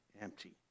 empty